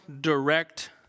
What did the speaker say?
direct